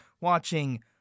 watching